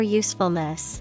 usefulness